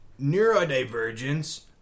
neurodivergence